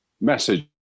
Message